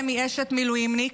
אשת מילואימניק.